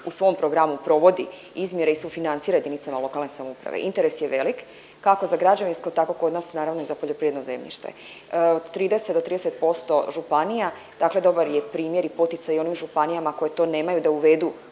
u svom programu provodi izmjere i sufinancira jedinicama lokalne samouprave. Interes je velik kako za građevinsko tako kod nas naravno i za poljoprivredno zemljište. Od 30 do 30% županija dakle dobar je primjer i poticaj onim županijama koje to nemaju da uvedu